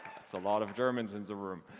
that's a lot of germans in the room.